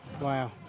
Wow